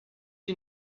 you